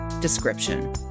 description